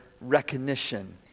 recognition